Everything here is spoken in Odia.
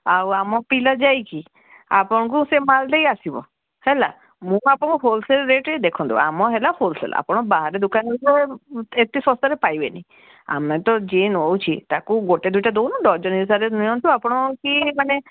ଆଉ ଆମ ପିଲା ଯାଇକି ଆପଣଙ୍କୁ ସେ ମାଲ୍ ଦେଇ ଆସିବ ହେଲା ମୁଁ ଆପଣଙ୍କୁ ହୋଲସେଲ୍ ରେଟ୍ରେ ଦେଖନ୍ତୁ ଆମ ହେଲା ହୋଲସେଲ୍ ଆପଣ ବାହାରେ ଦୋକାନ ଏତେ ଶସ୍ତାରେ ପାଇବେନି ଆମେ ତ ଯିଏ ନଉଛି ତାକୁ ଗୋଟେ ଦୁଇଟା ଦଉନୁ ଡର୍ଜନ ହିସାବରେ ନିଅନ୍ତୁ ଆପଣ କି ମାନେ